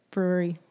Brewery